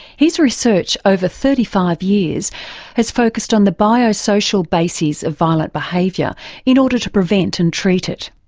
his research over thirty five years has focussed on the biosocial bases of violent behaviour in order to prevent and treat it.